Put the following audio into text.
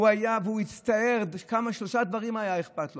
והוא הצטער, משלושה דברים היה אכפת לו: